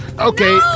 Okay